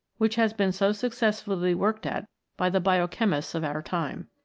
which has been so successfully worked at by the biochemists of our time.